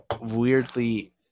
weirdly